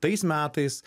tais metais